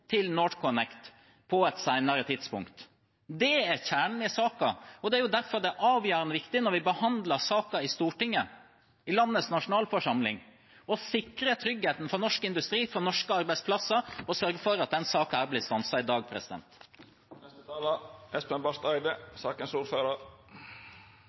til NorthConnect på et senere tidspunkt. Det er kjernen i saken. Derfor er det avgjørende viktig når vi behandler saken i Stortinget – landets nasjonalforsamling – å sikre tryggheten for norsk industri og norske arbeidsplasser og å sørge for at denne saken blir stanset i dag.